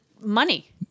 money